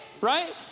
right